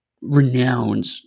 renowned